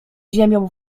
ziemią